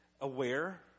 aware